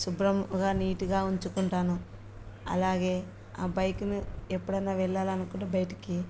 శుభ్రముగా నీట్గా ఉంచుకుంటాను అలాగే ఆ బైక్ను ఎప్పుడన్నా వెళ్ళాలి అనుకుంటే కూడా బయటికి